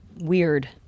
weird